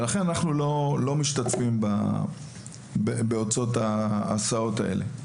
לכן אנחנו לא משתתפים בהוצאות ההסעות האלה.